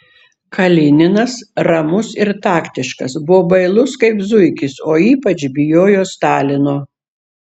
kalininas ramus ir taktiškas buvo bailus kaip zuikis o ypač bijojo stalino